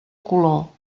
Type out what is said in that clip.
color